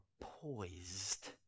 poised